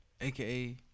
aka